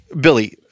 Billy